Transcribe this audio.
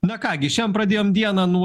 na ką gi šian pradėjom dieną nuo